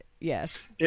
yes